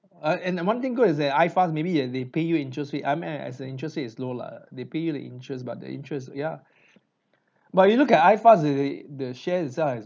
uh and nah one thing good is that iFAST maybe they they pay you interest rate I mean as as an interest rates it's low lah they pay you the interest but the interest ya but you look at iFAST the the the share itself